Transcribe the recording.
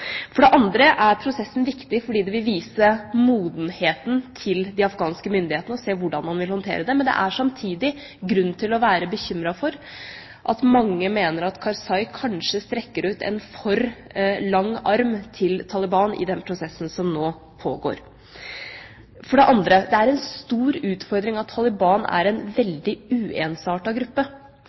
For det andre er prosessen viktig fordi det vil vise modenheten til de afghanske myndighetene og vise hvordan man vil håndtere det. Men det er samtidig grunn til å være bekymret for at mange mener at Karzai kanskje strekker ut en for lang arm til Taliban i den prosessen som nå pågår. For det tredje: Det er en stor utfordring at Taliban er en veldig uensartet gruppe.